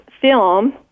film